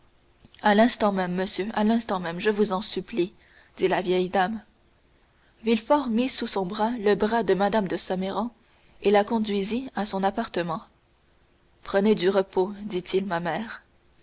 à l'instant même monsieur à l'instant même je vous en supplie dit la vieille dame villefort mit sous son bras le bras de mme de saint méran et la conduisit à son appartement prenez du repos dit-il ma mère